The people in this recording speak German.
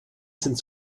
sind